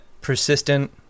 persistent